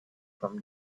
from